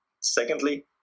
Secondly